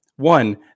One